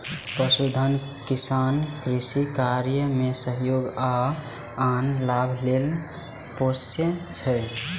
पशुधन किसान कृषि कार्य मे सहयोग आ आन लाभ लेल पोसय छै